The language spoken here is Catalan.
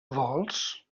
vols